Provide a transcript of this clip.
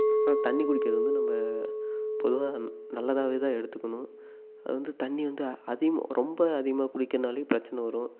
ஆனால் தண்ணி குடிக்கிறது வந்து நம்ம பொதுவாக நல்லதாகவே தான் எடுத்துக்கணும் அது வந்து தண்ணி வந்து அதிகமாக ரொம்ப அதிகமாக குடிக்கிறனாலேயும் பிரச்சனை வரும்